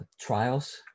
trials